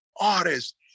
artist